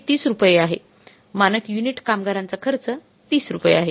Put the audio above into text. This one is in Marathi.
हे 30 रुपये आहे मानक युनिट कामगारांचा खर्च 30 रुपये आहे